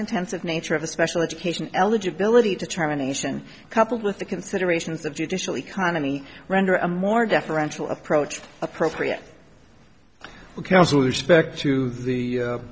intensive nature of a special education eligibility to terminations coupled with the considerations of judicial economy render a more deferential approach appropriate back to the